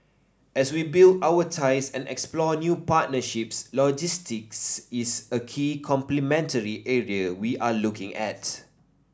as we build our ties and explore new partnerships logistics is a key complementary area we are looking at